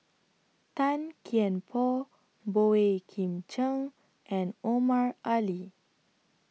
Tan Kian Por Boey Kim Cheng and Omar Ali